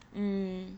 mm